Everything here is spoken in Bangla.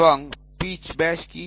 এবং পিচ ব্যাস কি